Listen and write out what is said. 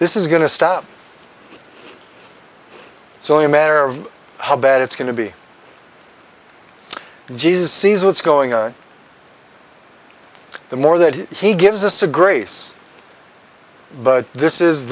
this is going to stop it's only a matter of how bad it's going to be g s sees what's going on the more that he gives us the grace but this is